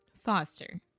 Foster